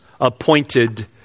appointed